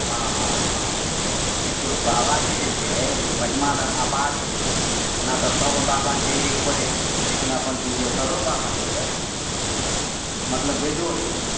हँ हँ हँ हँ देखिऔ बाबाके जे छै जे महिमा तऽ अपार छै ओना तऽ सब बाबा छै एकपर एक लेकिन अपन बिदेसरो बाबा जे अइ जे मतलब बेजोड़ अइ